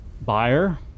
buyer